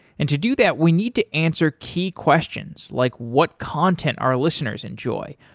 and to do that, we need to answer key questions, like what content our listeners enjoy,